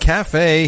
Cafe